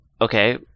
Okay